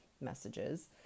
messages